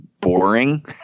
boring